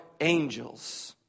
angels